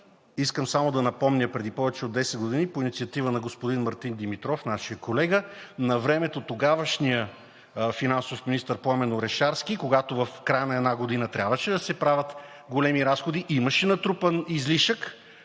Искам само да напомня – преди повече от 10 години, по инициатива на господин Мартин Димитров – нашия колега, навремето тогавашният финансов министър Пламен Орешарски, когато в края на една година трябваше да се правят големи разходи, имаше натрупан излишък,